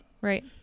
Right